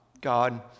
God